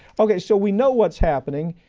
okay, so we know what's happening.